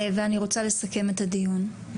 אני רוצה לסכם את הדיון.